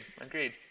agreed